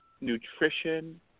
nutrition